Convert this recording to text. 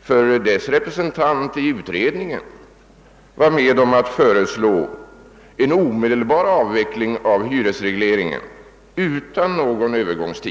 eftersom dess representant i utredningen varit med om att föreslå en omedelbar avveckling av hyresregleringen utan någon Övergångstid.